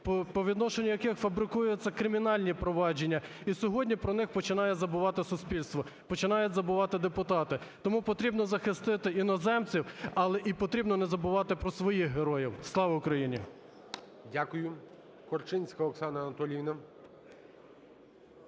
по відношенню яких фабрикуються кримінальні провадження. І сьогодні про них починає забувати суспільство, починають забувати депутати. Тому потрібно захистити іноземців, але і потрібно не забувати про своїх героїв. Слава Україні! ГОЛОВУЮЧИЙ. Дякую. Корчинська Оксана Анатоліївна.